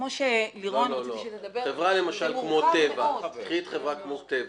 למשל ניקח חברה כמו "טבע",